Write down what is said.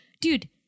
dude